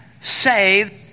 saved